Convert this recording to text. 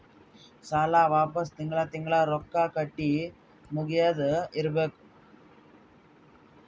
ಸಾಲ ವಾಪಸ್ ತಿಂಗಳಾ ತಿಂಗಳಾ ರೊಕ್ಕಾ ಕಟ್ಟಿ ಮುಗಿಯದ ಇರ್ಬೇಕು